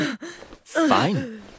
Fine